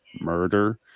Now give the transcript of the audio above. murder